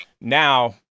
Now